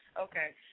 Okay